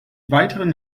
weiteren